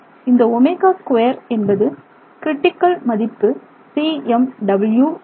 இந்த ω2 என்பது ஒரு க்ரிட்டிக்கல் மதிப்பு cmω ஆகும்